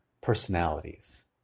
personalities